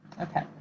Okay